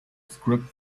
script